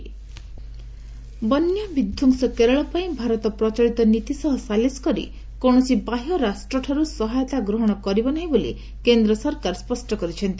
ଗମେଣ୍ଟ୍ foreign aid ବନ୍ୟାବିଧ୍ୱଂସ୍ତ କେରଳ ପାଇଁ ଭାରତ ପ୍ରଚଳିତ ନୀତି ସହ ସାଲିସ୍ କରି କୌଣସି ବାହ୍ୟରାଷ୍ଟ୍ରଠାରୁ ସହାୟତା ଗ୍ରହଣ କରିବ ନାହିଁ ବୋଲି କେନ୍ଦ୍ର ସରକାର ସ୍ୱଷ୍ଟ କରିଛନ୍ତି